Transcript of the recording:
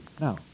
No